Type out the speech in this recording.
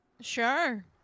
sure